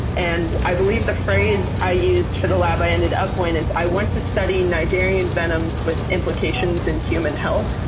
and i believe the phrase i used for the lab i ended up in is, i want to study cnidarian venoms with implications in human health.